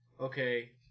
okay